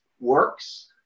works